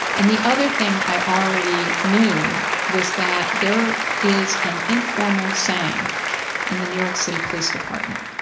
and the other thing i already knew was that there is an informal saying in the new york city police department,